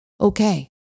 okay